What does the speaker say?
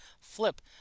Flip